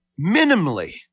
minimally